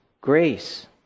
grace